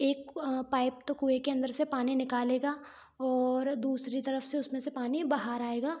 एक पाइप तो कुएँ के अंदर से पानी निकालेगा और दूसरी तरफ से उसमें से पानी बाहर आएगा